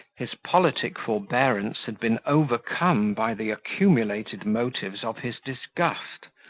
his politic forbearance had been overcome by the accumulated motives of his disgust.